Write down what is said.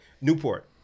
Newport